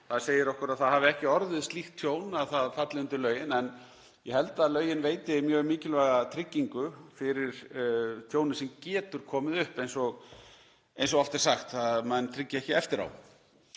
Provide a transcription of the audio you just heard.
það segir okkur að það hafi ekki orðið slíkt tjón að það falli undir lögin. En ég held að lögin veiti mjög mikilvæga tryggingu fyrir tjóni sem getur komið upp, eins og oft er sagt tryggja menn ekki eftir á.